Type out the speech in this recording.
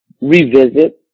revisit